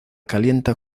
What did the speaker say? calienta